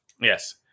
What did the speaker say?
Yes